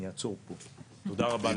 אני אעצור פה, תודה רבה.